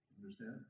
understand